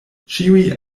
ĉiuj